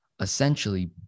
essentially